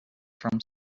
from